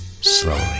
Slowly